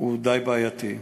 הוא די בעייתי,